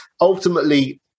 ultimately